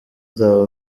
nzaba